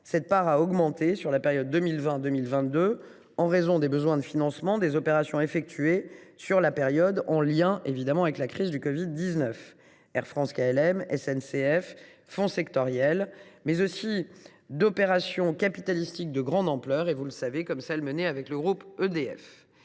cette part a augmenté sur la période 2020 2022, en raison des besoins de financement des opérations effectuées sur la période en lien avec la crise de la covid 19 – Air France KLM, SNCF, fonds sectoriels –, et d’opérations capitalistiques de grande ampleur, comme celles qui ont été menées avec le groupe EDF.,